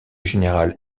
général